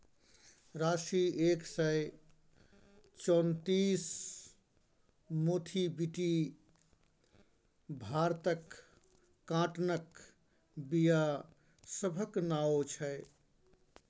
राशी एक सय चौंतीस, मोथीबीटी भारतक काँटनक बीया सभक नाओ छै